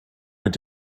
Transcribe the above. mit